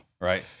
right